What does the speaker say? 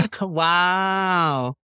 Wow